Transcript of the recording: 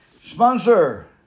Sponsor